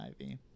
ivy